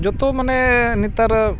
ᱡᱚᱛᱚ ᱢᱟᱱᱮ ᱱᱮᱛᱟᱨ